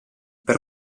per